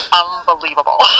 unbelievable